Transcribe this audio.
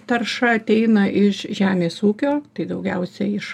tarša ateina iš žemės ūkio tai daugiausia iš